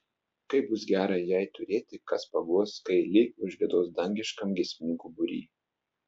kaip bus gera jai turėti kas paguos kai li užgiedos dangiškam giesmininkų būry